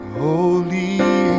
holy